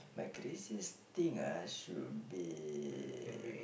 my craziest thing ah should be